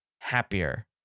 happier